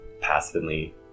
passively